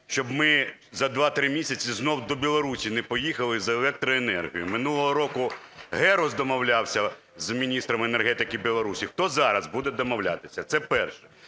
щоб ми за 2-3 місяці знову до Білорусі не поїхали за електроенергією. Минулого року Герус домовлявся з міністром енергетики Білорусі. Хто зараз буде домовлятися? Це перше.